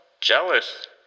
jealous